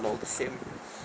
not same